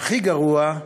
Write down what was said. והכי גרוע,